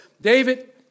David